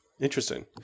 Interesting